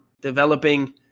developing